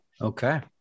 Okay